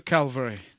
Calvary